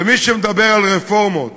ומי שמדבר על רפורמות